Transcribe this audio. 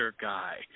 guy